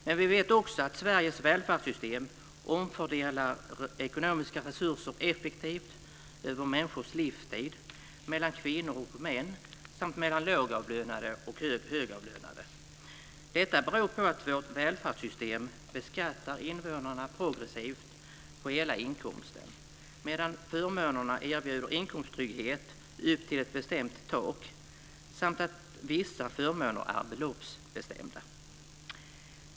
Men vi vet också att Sveriges välfärdssystem omfördelar ekonomiska resurser effektivt över människors livstid, mellan kvinnor och män samt mellan lågavlönade och högavlönade. Detta beror på att vårt välfärdssystem beskattar invånarna progressivt på hela inkomsten medan förmånerna erbjuder inkomsttrygghet upp till ett bestämt tak samt att vissa förmåner är beloppsbestämda.